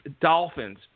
Dolphins